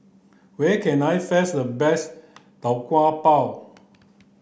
where can I the best tau kwa pau